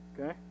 Okay